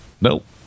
Nope